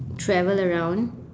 travel around